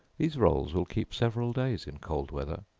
these rolls will keep several days in cold weather.